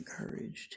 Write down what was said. encouraged